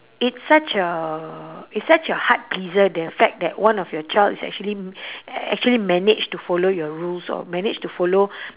it's such a it's such a heart pleaser the fact that one of your child is actually actually manage to follow your rules or manage to follow